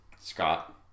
Scott